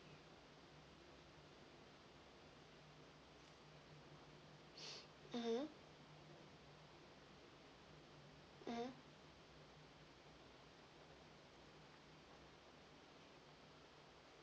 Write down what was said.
mmhmm mmhmm